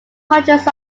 hundreds